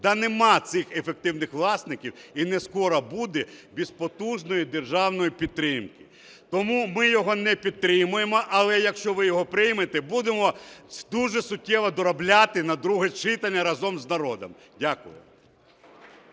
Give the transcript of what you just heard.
Та немає цих ефективних власників і не скоро будуть без потужної державної підтримки. Тому ми його не підтримуємо. Але, якщо ви його приймете, будемо дуже суттєво доробляти на друге читання разом з народом. Дякую.